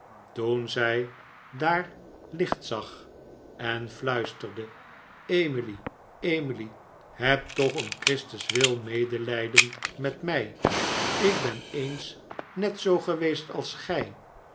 toen zij daar licht zag en fluisterde emily emily heb toch om christus wil medelijden met mij ik ben eens net zoo geweest als gij